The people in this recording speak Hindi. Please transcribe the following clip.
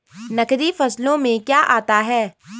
नकदी फसलों में क्या आता है?